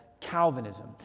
Calvinism